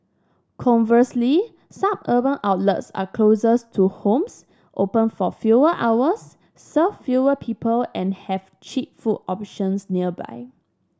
conversely suburban outlets are closer to homes open for fewer hours serve fewer people and have cheap food options nearby